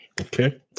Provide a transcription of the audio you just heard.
Okay